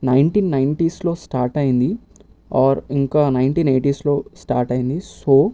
nineteen నైన్టీస్లో start అయింది or ఇంకా నైన్టీన్ ఎయిటీస్లో స్టార్ట్ అయింది సో